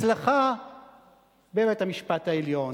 הצלחה בבית-המשפט העליון